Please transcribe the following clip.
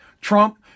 Trump